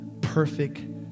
perfect